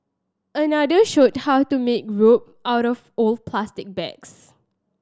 another showed how to make rope out of old plastic bags